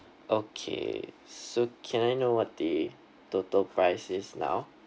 okay so can I know what the total price is now